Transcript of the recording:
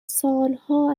سالها